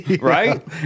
right